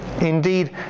Indeed